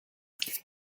det